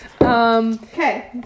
Okay